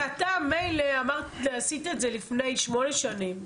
אתה עשית את זה לפני שמונה שנים.